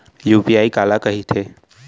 UPI काला कहिथे?